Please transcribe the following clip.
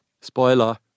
Spoiler